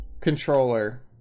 controller